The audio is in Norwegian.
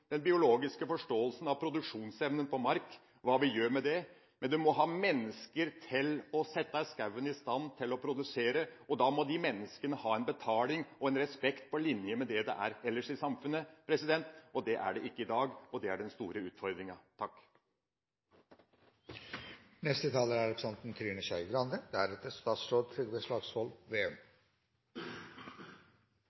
av produksjonsevnen til mark, og hva vi gjør med det. Men en må ha mennesker til å sette skogen i stand til å produsere, og da må de menneskene ha betaling og respekt på linje med slik det er ellers i samfunnet. Slik er det ikke i dag, og det er den store utfordringa. Jeg må innrømme at jeg kan litt mindre om skogbruk enn forrige taler,